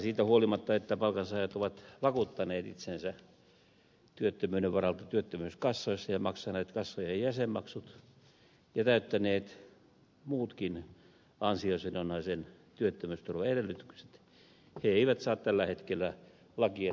siitä huolimatta että palkansaajat ovat vakuuttaneet itsensä työttömyyden varalta työttömyyskassoissa ja maksaneet kassojen jäsenmaksut ja täyttäneet muutkin ansiosidonnaisen työttömyysturvan edellytykset he eivät saa tällä hetkellä lakien edellyttämää turvaa